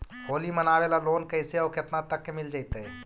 होली मनाबे ल लोन कैसे औ केतना तक के मिल जैतै?